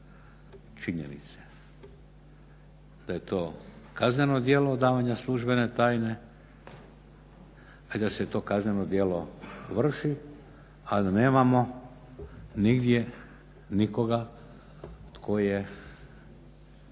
činjenice daje to kazneno djelo odavanja službene tajne i da se to kazneno djelo vrši a da nemamo nigdje nikoga tko je